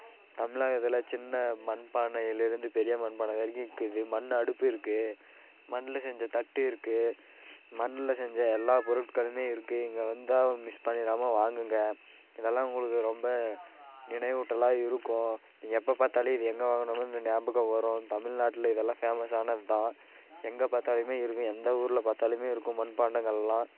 தமிழகத்தில் சின்ன மண் பானையிலிருந்து பெரிய மண் பானை வரைக்கும் இருக்குது மண் அடுப்பு இருக்குது மண்ணில் செஞ்ச தட்டு இருக்குது மண்ணில் செஞ்ச எல்லா பொருட்களுமே இருக்குது இங்கே வந்தால் மிஸ் பண்ணிடாம வாங்குங்க இதெல்லாம் உங்களுக்கு ரொம்ப நினைவூட்டலாக இருக்கும் எப்போப் பார்த்தாலும் இது எங்கே வாங்கினோம்னு ஞாபகம் வரும் தமிழ்நாட்டில் இதல்லாம் ஃபேமஸானது தான் எங்கேப் பார்த்தாலுமே இருக்கும் எந்த ஊரில் பார்த்தாலுமே இருக்கும் மண்பாண்டங்கள் எல்லாம்